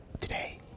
Today